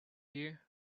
you